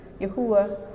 Yahuwah